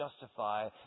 justify